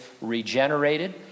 regenerated